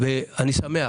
אני שמח